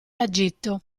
agito